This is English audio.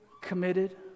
committed